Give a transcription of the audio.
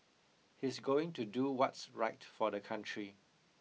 he's going to do what's right for the country